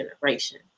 generation